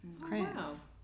cramps